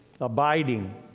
abiding